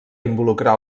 involucrar